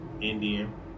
Indian